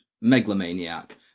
megalomaniac